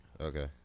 Okay